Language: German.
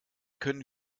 können